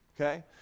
Okay